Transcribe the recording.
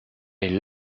est